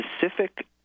specific